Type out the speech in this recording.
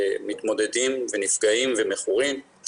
מתמודדים ונפגעים ומכורים,